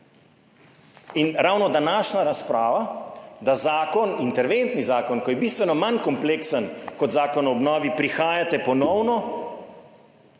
in ravno današnja razprava, da zakon, interventni zakon, ki je bistveno manj kompleksen kot Zakon o obnovi, prihajate ponovno,